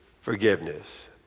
forgiveness